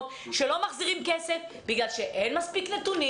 שלא מחזירים כסף בגלל שאין מספיק נתונים.